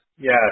Yes